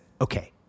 okay